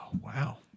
wow